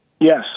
Yes